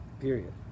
period